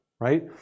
right